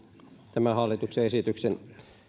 tämän hallituksen esityksen